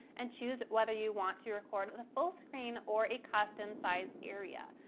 and choose whether you want to record the full screen or a custom sized area.